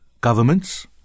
governments